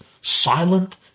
silent